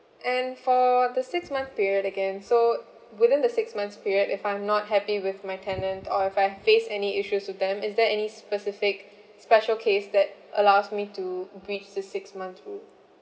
and for the six month period again so within the six months period if I'm not happy with my tenant or if I faced any issues with them is there any specific special case that allows me to breach the six months rule